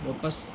واپس